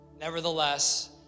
Nevertheless